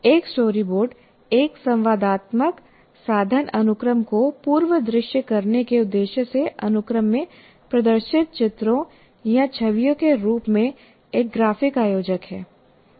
एक स्टोरीबोर्ड एक संवादात्मक साधन अनुक्रम को पूर्व दृश्य करने के उद्देश्य से अनुक्रम में प्रदर्शित चित्रों या छवियों के रूप में एक ग्राफिक आयोजक है